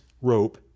rope